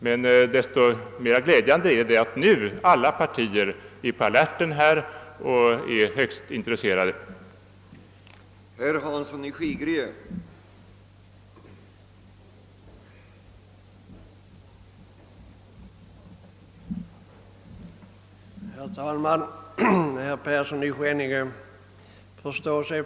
Men desto mera glädjande är det att alla partier nu är på alerten och visar ett högst betydande intresse.